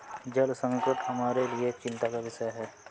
जल संकट हमारे लिए एक चिंता का विषय है